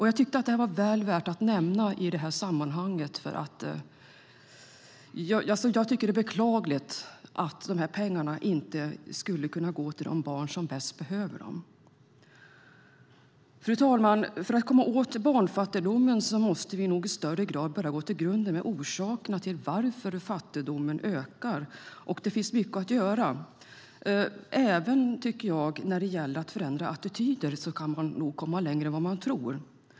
Jag tycker att det är väl värt att nämna i det här sammanhanget, för jag tycker att det är beklagligt att de här pengarna inte skulle kunna gå till de barn som bäst behöver dem. Fru talman! För att komma åt barnfattigdomen måste vi nog i högre grad börja gå till botten med orsakerna till att fattigdomen ökar, och det finns mycket att göra. Även när det gäller att förändra attityder kan man nog komma längre än vad man tror.